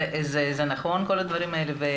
זה נכון, כל הדברים האלה.